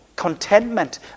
contentment